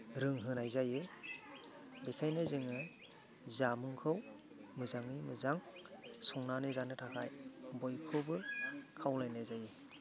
रोंहोनाय जायो बेखायनो जोङो जामुंखौ मोजाङै मोजां संनानै जानो थाखाय बयखौबो खावलायनाय जायो